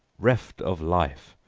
reft of life,